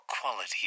quality